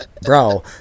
Bro